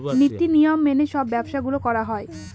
নীতি নিয়ম মেনে সব ব্যবসা গুলো করা হয়